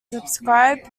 subscribed